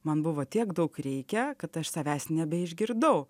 man buvo tiek daug reikia kad aš savęs nebeišgirdau